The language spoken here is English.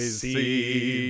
see